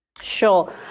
Sure